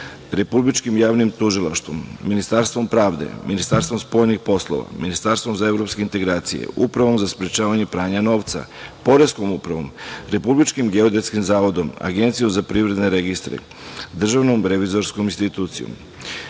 Republičkim javnim tužilaštvom, Ministarstvom pravde, Ministarstvom spoljnih poslova, Ministarstvom za evropske integracije, Upravom za sprečavanje pranja novca, Poreskom upravom, Republičkim geodetskim zavodom, Agencijom za privredne registre, Državnom revizorskom institucijom,